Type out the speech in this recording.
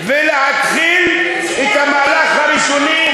ולהתחיל את המהלך הראשוני,